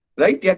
right